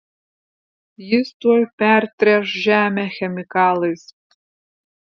jis tuoj pertręš žemę chemikalais